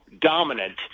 dominant